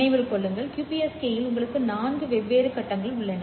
நினைவில் கொள்ளுங்கள் QPSK இல் உங்களுக்கு 4 வெவ்வேறு கட்டங்கள் உள்ளன